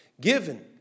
given